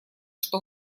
что